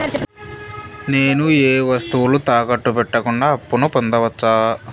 నేను ఏ వస్తువులు తాకట్టు పెట్టకుండా అప్పును పొందవచ్చా?